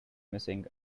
missing